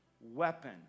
weapon